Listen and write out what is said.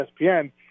ESPN